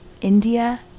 India